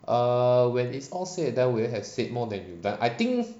err when it's all said and done will you have said more than you've done I think